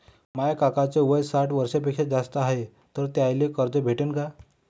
माया काकाच वय साठ वर्षांपेक्षा जास्त हाय तर त्याइले कर्ज भेटन का?